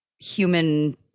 human